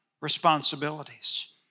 responsibilities